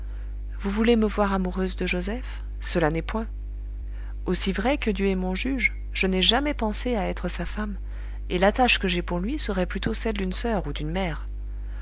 vous voulez me voir amoureuse de joseph cela n'est point aussi vrai que dieu est mon juge je n'ai jamais pensé à être sa femme et l'attache que j'ai pour lui serait plutôt celle d'une soeur ou d'une mère